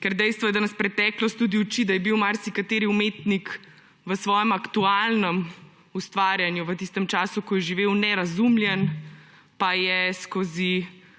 Ker dejstvo je, da nas preteklost tudi uči, da je bil marsikateri umetnik v svojem aktualnem ustvarjanju v tistem času, ko je živel, nerazumljen, pa je skozi